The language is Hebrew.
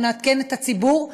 אנחנו נעדכן את הציבור,